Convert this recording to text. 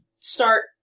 start